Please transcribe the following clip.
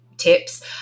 tips